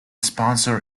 sponsor